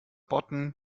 botten